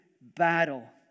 battle